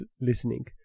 listening